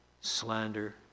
slander